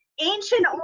Ancient